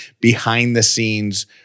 behind-the-scenes